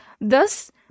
thus